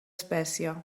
espècie